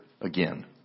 again